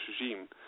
regime